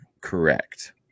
correct